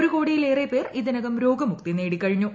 ഒരു കോടിയിലേറെപ്പേർ ഇതിനകം രോഗമുക്തി നേടി കഴിഞ്ഞു